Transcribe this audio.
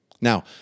Now